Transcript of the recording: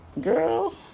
girl